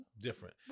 Different